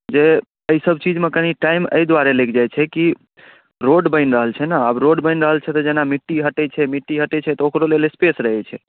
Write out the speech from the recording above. जे एहि सब चीज मे कनी टाइम अएहि दुआरे लागि जाइ छै कि रोड बनि रहल छै ने आब रोड बनि रहल छै तऽ जेना मिट्टी हटै छै मिट्टी हटै छै तऽ ओकरो लेल स्पेस रहै छै